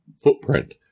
footprint